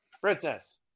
princess